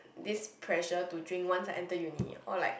this pressure to drink once I enter uni or like